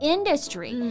Industry